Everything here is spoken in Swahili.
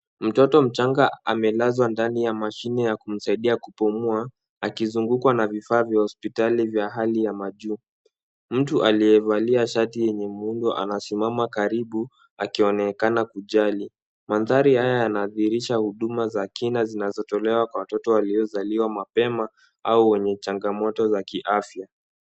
Mtoto mchanga amelazwa ndani ya mashini ya kumsaidia kupumua akizungukwa na vifaa vya hospitali vya hali ya majuu. Mtu aliyevalia shati yenye muundo anasimama karibu akionekana kujali. Mandhari haya yanadhihirisha huduma za bima zinazotolewa kwa watoto waliozaliwa mapema au wenye changamoto za kiafya.